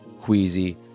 queasy